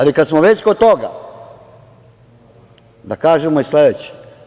Kad smo već kod toga, da kažemo i sledeće.